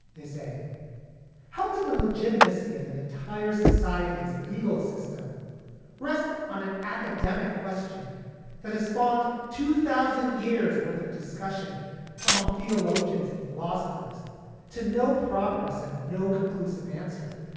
they say how could the legitimacy of an entire society's legal system rest on an academic question that has spawned two thousand years worth of discussion among philo jones and philosophers to no progress and no conclusive answer?